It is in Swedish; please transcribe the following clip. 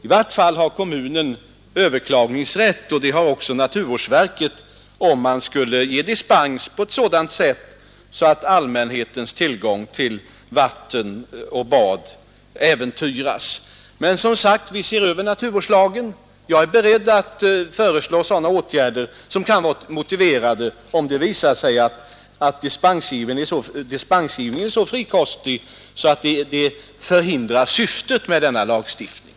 I vart fall har kommunen överklagningsrätt, och det har även naturvårdsverket, om man skulle ge dispens på ett sådant sätt att allmänhetens tillgång till vatten och bad äventyras. Men som sagt, vi ser över naturvårdslagen. Jag är beredd att föreslå sådana åtgärder som är motiverade, om det visar sig att dispensgivningen är så frikostig att den förhindrar syftet med denna lagstiftning.